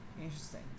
interesting